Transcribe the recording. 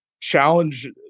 challenge